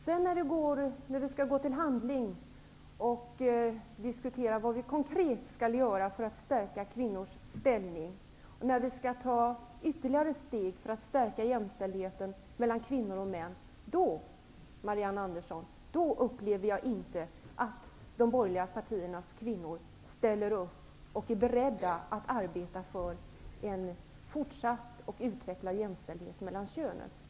Sedan när vi diskuterar vad vi konkret skall göra för att stärka kvinnors ställning och ta ytterligare steg för att stärka jämställdheten mellan kvinnor och män, då ställer inte de borgerliga partiernas kvinnor upp och är beredda att arbeta för en fortsatt utvecklad jämställdhet mellan könen.